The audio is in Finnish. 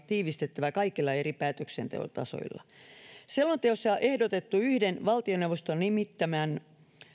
tiivistettävä kaikilla eri päätöksenteon tasoilla selonteossa ehdotettu yhden valtioneuvoston nimittämän